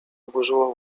oburzyło